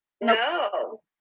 No